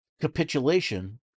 capitulation